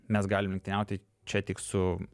mes galim lenktyniauti čia tik su